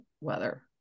weather